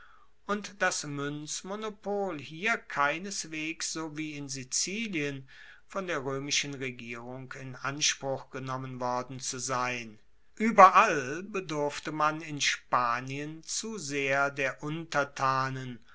und das muenzmonopol hier keineswegs so wie in sizilien von der roemischen regierung in anspruch genommen worden zu sein ueberall bedurfte man in spanien zu sehr der untertanen